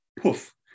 poof